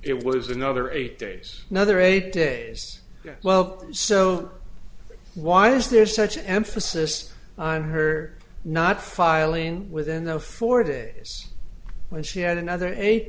it was another eight days another eight days well so why is there such emphasis on her not filing within the four days when she had another eight